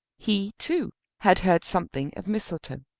he, too, had heard something of mistletoe.